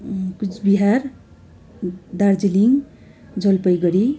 Cooch Behar Darjeeling Jalpaiguri